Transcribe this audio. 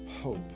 Hope